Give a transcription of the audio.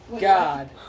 god